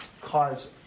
cause